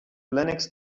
linux